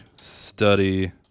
study